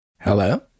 hello